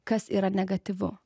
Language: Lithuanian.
kas yra negatyvu